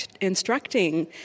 instructing